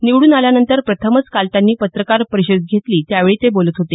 निवडून आल्यानंतर प्रथमच काल त्यांनी पत्रकार परिषद घेतली त्यावेळी ते बोलत होते